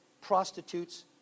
prostitutes